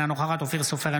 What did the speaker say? אינה נוכחת אופיר סופר,